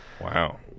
Wow